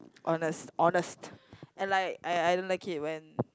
honest honest and like I I don't like it when